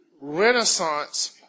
renaissance